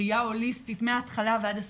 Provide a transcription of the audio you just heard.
ראייה הוליסטית מההתחלה ועד הסוף,